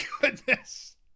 goodness